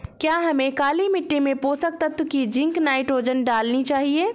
क्या हमें काली मिट्टी में पोषक तत्व की जिंक नाइट्रोजन डालनी चाहिए?